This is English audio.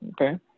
okay